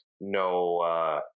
no